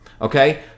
Okay